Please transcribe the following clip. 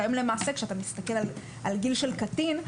כשאתה מסתכל על גיל של קטין,